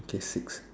okay six